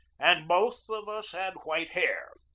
and both of us had white hair.